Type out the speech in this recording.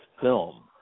film